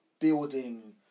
building